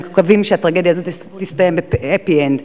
אנחנו מקווים שהטרגדיה הזאת תסתיים ב-happy end.